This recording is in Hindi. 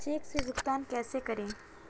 चेक से भुगतान कैसे करें?